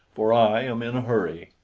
for i am in a hurry.